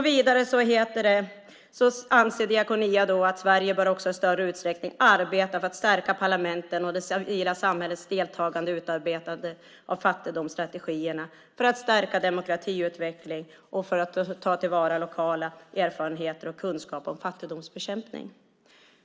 Vidare anser Diakonia att Sverige också i större utsträckning bör arbeta för att stärka parlamenten och det civila samhällets deltagande i utarbetandet av fattigdomsstrategierna för att stärka demokratiutvecklingen och ta till vara lokala erfarenheter och kunskaper om fattigdomsbekämpning.